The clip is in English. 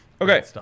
Okay